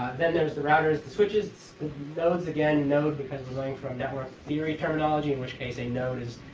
then there's the routers, the switches, the nodes again. node, because we're going from network theory terminology in which case a node is